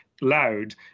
loud